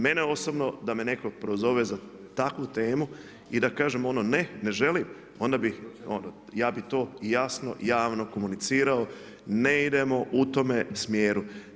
Mene osobno, da me netko prozove za takvu temu i da kažem ono ne, ne želim onda bi ja bi to i jasno i javno komunicirao, ne idemo u tome smjeru.